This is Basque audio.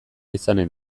izanen